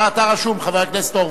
אתה רשום, חבר הכנסת הורוביץ.